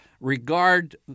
regard